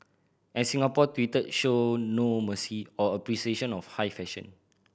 and Singapore Twitter showed no mercy or appreciation of high fashion